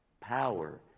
power